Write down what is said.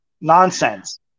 Nonsense